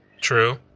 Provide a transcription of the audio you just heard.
true